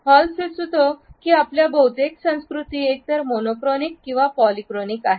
hall सुचवितो की आपल्या बहुतेक संस्कृती एकतर मोनोक्रॉनिक किंवा पॉलिक्रोमिक आहेत